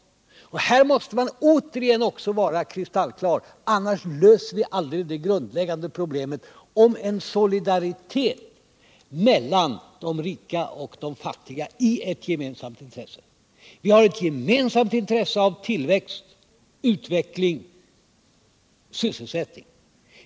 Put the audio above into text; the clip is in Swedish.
Också här måste man vara kristallklar. Annars löser vi aldrig det grundläggande problemet att åstadkomma solidaritet mellan de rika och fattiga. Vi har ett gemensamt intresse av tillväxt, utveckling och sysselsättning.